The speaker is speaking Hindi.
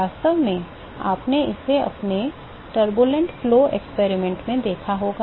वास्तव में आपने इसे अपने अशांत प्रवाह प्रयोग में देखा होगा